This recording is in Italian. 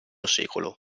secolo